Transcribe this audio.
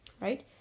right